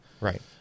Right